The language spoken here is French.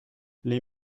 les